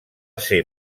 ser